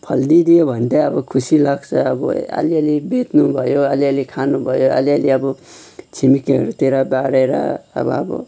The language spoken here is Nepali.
फलिदियो भने छे अब खुसी लाग्छ आब अलिअलि बेच्नु भयो अब अलिअलि खानु भयो अलिअलि अब छिमेकीहरूतिर बाँडेर अब